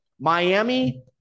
Miami